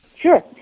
Sure